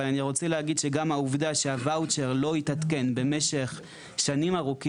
שעלו ארצה הם או ילדיהם נתקלים בקשיים כל כך רבים שהם שבים לארץ